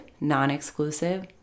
non-exclusive